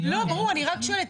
אני רק שואלת.